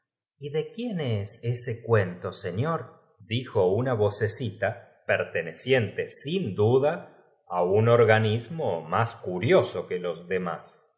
y bengalas que y de quién es ese cuento señor á su capricho los espectadores una vocecita perteneciente sin duda á un este ofrecimiento tuvo bastante éxito organismo más curioso que los demás